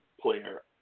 player